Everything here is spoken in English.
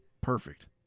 perfect